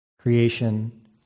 creation